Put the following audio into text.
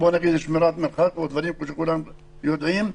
שמירת מרחק והדברים שכולם יודעים.